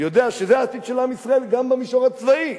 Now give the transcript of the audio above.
יודע שזה העתיד של עם ישראל גם במישור הצבאי.